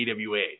AWA